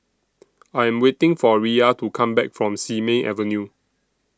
I Am waiting For Riya to Come Back from Simei Avenue